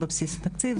בבסיס התקציב,